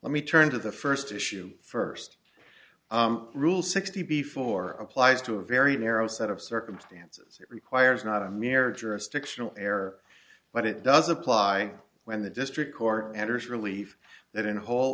let me turn to the first issue first rule sixty before applies to a very narrow set of circumstances it requires not a mere jurisdictional error but it does apply when the district court enters relief that in whole